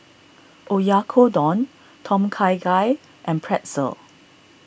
Oyakodon Tom Kha Gai and Pretzel